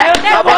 חצוף, גועל נפש.